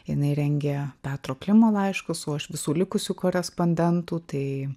jinai rengė petro klimo laiškus o aš visų likusių korespondentų tai